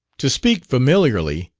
to speak familiarly,